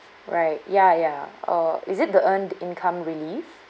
right ya ya or is it the earned income relief